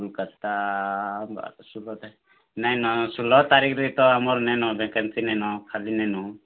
କୋଲ୍କାତା ନାଇ ନ ଷୁଲ୍ହ ତାରିଖ୍ରେ ତ ଆମର୍ ନାଇ ନ ଭେକେନ୍ସି ନାଇ ନ ଖାଲି ନାଇ ନ